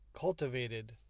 cultivated